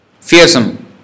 Fearsome